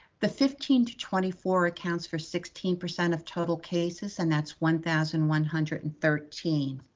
the fifteen to twenty four accounts for sixteen percent of total cases, and that's one thousand one hundred and thirteen.